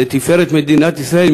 לתפארת מדינת ישראל.